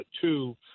two